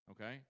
Okay